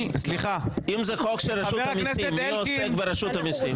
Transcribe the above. אם זה חוק של רשות המיסים, מי עוסק ברשות המיסים?